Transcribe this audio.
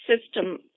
system